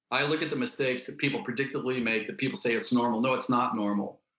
i look at the mistakes that people predictably make that people say it's normal. no, it's not normal.